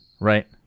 Right